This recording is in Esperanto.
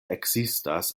ekzistas